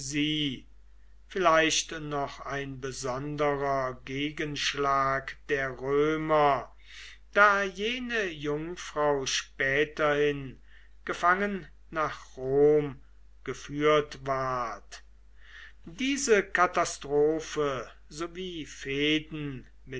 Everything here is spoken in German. vielleicht noch ein besonderer gegenschlag der römer da jene jungfrau späterhin gefangen nach rom geführt ward diese katastrophe sowie